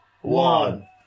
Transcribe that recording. one